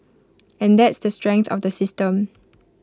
and that's the strength of the system